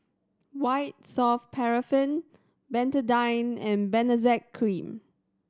White Soft Paraffin Betadine and Benzac Cream